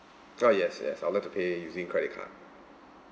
ah yes yes I would like to pay using credit card